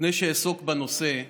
לפני שאעסוק בנושא,